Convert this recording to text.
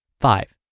Five